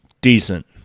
decent